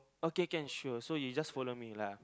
okay can sure so you just follow me lah